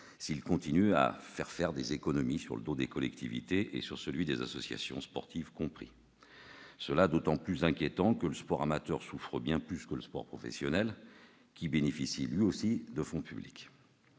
s'il continue à faire des économies sur le dos des collectivités et sur celui des associations, y compris des associations sportives. Cela est d'autant plus inquiétant que le sport amateur souffre bien plus que le sport professionnel, lequel bénéficie également de fonds publics.